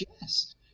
yes